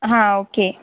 हां ओके